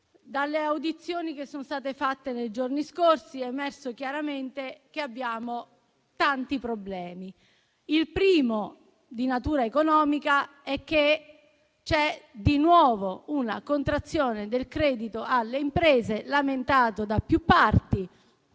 Dalle audizioni che sono state fatte nei giorni scorsi è emerso chiaramente che abbiamo tanti problemi. Il primo, di natura economica, è che c'è di nuovo una contrazione del credito alle imprese, lamentato da più parti.